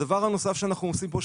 הדבר הנוסף אנחנו עושים פה,